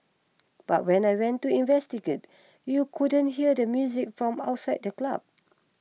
but when I went to investigate you couldn't hear the music from outside the club